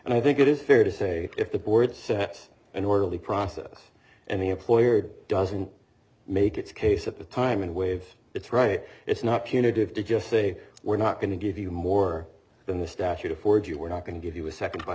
and i think it is fair to say if the board sets an orderly process and the employer doesn't make its case at the time and waves it's right it's not punitive to just say we're not going to give you more than the statute affords you we're not going to give you a second b